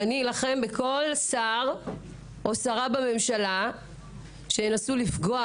ואני אלחם בכל שר או שרה בממשלה שינסו לפגוע